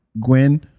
Gwen